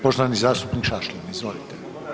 Poštovani zastupnik Šašlin, izvolite.